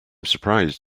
surprised